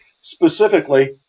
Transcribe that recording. specifically